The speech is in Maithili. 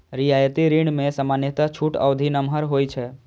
रियायती ऋण मे सामान्यतः छूट अवधि नमहर होइ छै